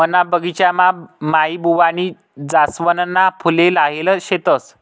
मना बगिचामा माईबुवानी जासवनना फुले लायेल शेतस